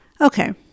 Okay